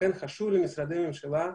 לכן חשוב שמשרדי הממשלה,